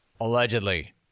Allegedly